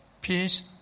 peace